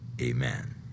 Amen